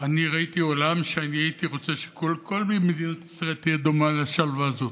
אני ראיתי עולם שאני הייתי רוצה שכל מדינת ישראל תהיה דומה לשלוה הזאת,